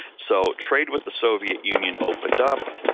so trade with the soviet union opened up,